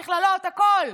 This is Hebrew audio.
מכללות, הכול.